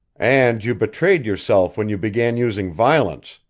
and you betrayed yourself when you began using violence,